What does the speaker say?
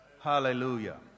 Hallelujah